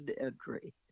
entry